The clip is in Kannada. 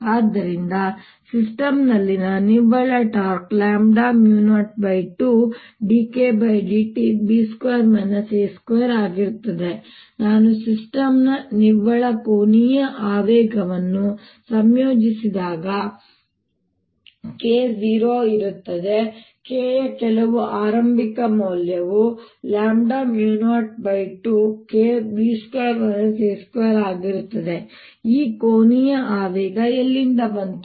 ಆದ್ದರಿಂದ ಸಿಸ್ಟಮ್ನಲ್ಲಿನ ನಿವ್ವಳ ಟಾರ್ಕ್ 02dKdt ಆಗಿರುತ್ತದೆ ನಾನು ಸಿಸ್ಟಮ್ನ ನಿವ್ವಳ ಕೋನೀಯ ಆವೇಗವು ಸಂಯೋಜಿಸಿದಾಗ K 0 ಇರುತ್ತದೆ K ಯ ಕೆಲವು ಆರಂಭಿಕ ಮೌಲ್ಯವು 02K ಆಗಿರುತ್ತದೆ ಈ ಕೋನೀಯ ಆವೇಗ ಎಲ್ಲಿಂದ ಬಂತು